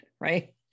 right